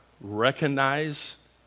recognize